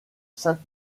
sainte